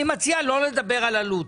אני מציע לא לדבר על עלות,